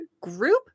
group